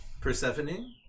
Persephone